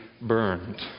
burned